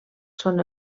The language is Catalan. són